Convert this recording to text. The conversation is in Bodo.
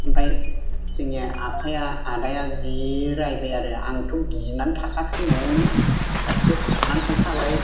ओमफ्राय जोंने आफाया आदाया जि रायबाय आरो आंथ' गिनानै थाखायासै न'आवनो दाबसेयाव खारनानै थाहैखाबाय